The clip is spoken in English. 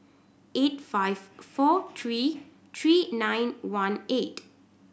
eight five four three three nine one eight